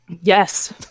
Yes